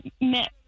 met